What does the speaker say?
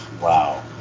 wow